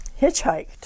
hitchhiked